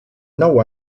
nou